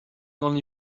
only